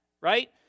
Right